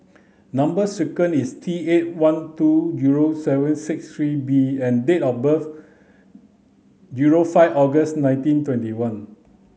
number sequence is T eight one two zero seven six three B and date of birth zero five August nineteen twenty one